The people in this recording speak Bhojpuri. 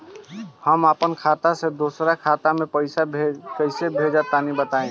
हम आपन खाता से दोसरा के खाता मे पईसा कइसे भेजि तनि बताईं?